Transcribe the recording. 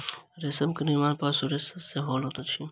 रेशम के निर्माण पशु रेशा सॅ होइत अछि